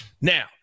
Now